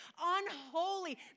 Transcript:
unholy